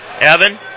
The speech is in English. Evan